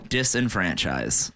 Disenfranchise